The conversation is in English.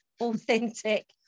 authentic